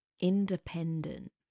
independent